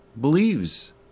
believes